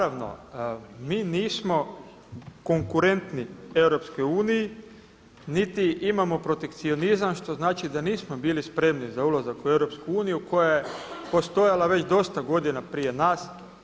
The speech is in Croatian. Naravno mi nismo konkurentni EU niti imamo protekcionizam što znači da nismo bili spremni za ulazak u EU koja je postojala već dosta godina prije nas.